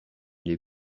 les